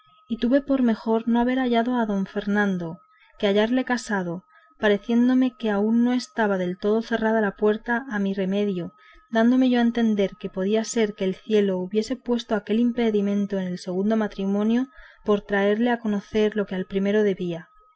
y tuve por mejor no haber hallado a don fernando que no hallarle casado pareciéndome que aún no estaba del todo cerrada la puerta a mi remedio dándome yo a entender que podría ser que el cielo hubiese puesto aquel impedimento en el segundo matrimonio por atraerle a conocer lo que al primero debía